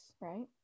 right